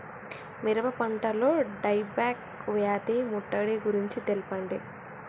మిరప పంటలో die back వ్యాధి ముట్టడి గురించి తెల్పండి?